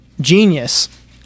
genius